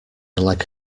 like